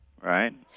Right